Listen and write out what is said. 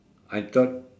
I thought